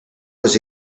was